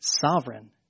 sovereign